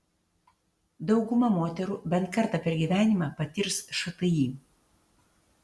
dauguma moterų bent kartą per gyvenimą patirs šti